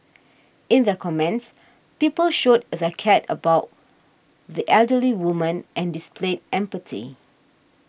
in their comments people showed they cared about the elderly woman and displayed empathy